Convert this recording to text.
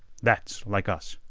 that's like us.